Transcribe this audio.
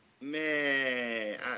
Man